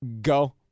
go